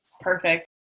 perfect